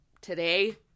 today